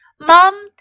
Mom